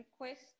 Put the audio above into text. request